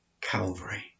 Calvary